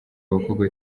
abakobwa